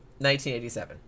1987